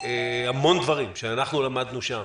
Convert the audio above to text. שהמון דברים שאנחנו למדנו שם,